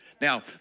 Now